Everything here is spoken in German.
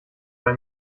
bei